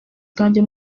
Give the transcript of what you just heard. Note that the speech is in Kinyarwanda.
bwanjye